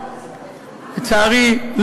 לצערי,